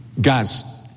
Guys